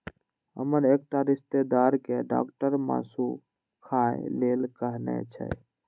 हमर एकटा रिश्तेदार कें डॉक्टर मासु खाय लेल कहने छै